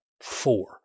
four